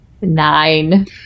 Nine